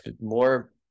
more